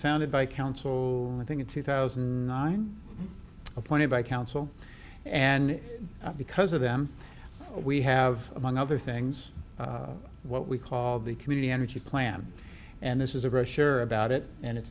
founded by council i think in two thousand nine appointed by council and because of them we have among other things what we call the community energy plan and this is a brochure about it and it's